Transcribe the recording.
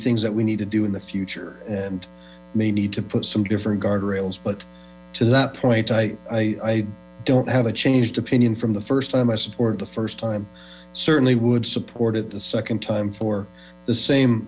things that we need to do in the future and may need to put some different guardrails but to that point i i don't have a changed opinion from the first time i supported the first time certainly would supported the second time for the same